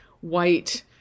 white